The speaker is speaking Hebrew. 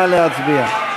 נא להצביע.